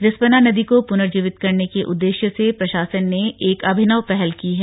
रिस्पना नदी को पुनर्जीवित करने के उद्देश्य से प्रशासन ने एक अभिनव पहल की है